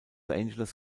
angeles